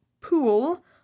pool